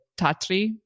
Tatry